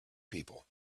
people